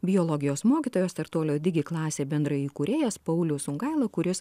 biologijos mokytojos startuolio digi klasė bendraįkūrėjas paulius sungaila kuris